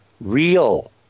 real